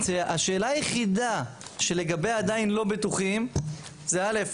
השאלה היחידה שלגביה עדיין לא בטוחים כי א',